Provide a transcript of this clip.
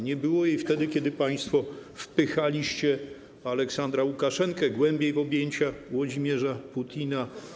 Nie było jej wtedy, kiedy państwo wpychaliście Aleksandra Łukaszenkę głębiej w objęcia Włodzimierza Putina.